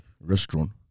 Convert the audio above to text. restaurant